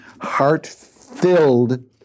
heart-filled